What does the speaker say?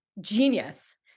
genius